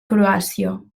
croàcia